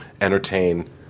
entertain